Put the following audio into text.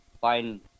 find